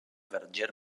verger